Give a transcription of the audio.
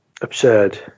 absurd